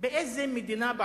באיזו מדינה,